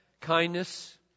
kindness